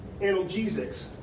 analgesics